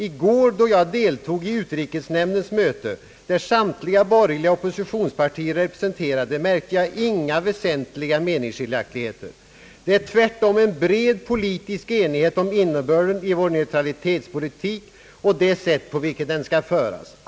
I går då jag deltog i utrikesnämndens möte, där samtliga borgerliga oppositionspartier är representerade, märkte jag inga väsentliga meningsskiljaktigheter. Det är tvärtom en bred politisk enighet om innebörden i vår neutralitetspolitik och det sätt på vilket den skall föras.